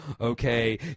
okay